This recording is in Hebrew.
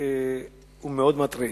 שהוא מאוד מטריד.